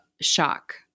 shock